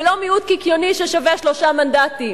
ולא של מיעוט קיקיוני ששווה שלושה מנדטים.